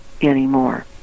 anymore